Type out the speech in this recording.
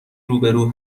روبرو